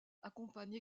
accompagne